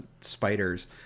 spiders